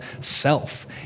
self